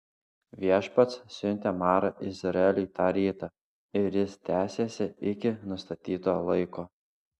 viešpats siuntė marą izraeliui tą rytą ir jis tęsėsi iki nustatyto laiko